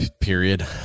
period